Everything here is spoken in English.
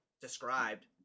described